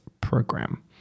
program